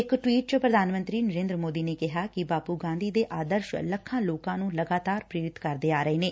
ਇਕ ਟਵੀਟ ਚ ਪੁਧਾਨ ਮੰਤਰੀ ਨਰੇਦਰ ਮੋਦੀ ਨੇ ਕਿਹਾ ਕਿ ਬਾਪੁ ਗਾਂਧੀ ਦੇ ਆਦਰਸ਼ ਲੱਖਾਂ ਲੋਕਾਂ ਨੂੰ ਲਗਾਤਾਰ ਪ੍ਰੇਰਿਤ ਕਰਦੇ ਆ ਰਹੇ ਨੇ